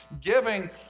giving